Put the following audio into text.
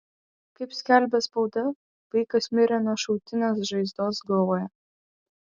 kaip skelbia spauda vaikas mirė nuo šautinės žaizdos galvoje